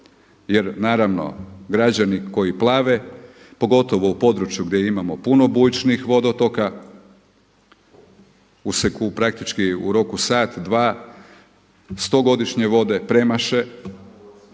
jer naravno građani koji plave pogotovo u području gdje imamo puno bujičnih vodotoka, gdje praktički u roku sat, dva stogodišnje vode premaše,